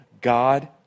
God